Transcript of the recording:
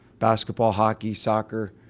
basketball, hockey, soccer.